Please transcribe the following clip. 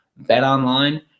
BetOnline